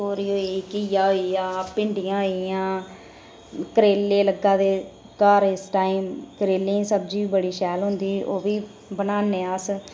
तोरी होई घीआ होइया भिंडियां होई गेइयां करेले लग्गा दे घर इस टाईम करेलें दी सब्जी बी बड़ी शैल होंदी ओह्बी बनाने आं अस